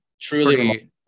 Truly